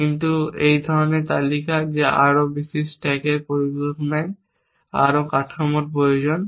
কিন্তু এই ধরনের তালিকা যা আরও বেশি স্ট্যাকের পরিকল্পনায় আরও কাঠামোর প্রয়োজন